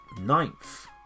Ninth